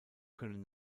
können